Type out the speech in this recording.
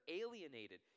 alienated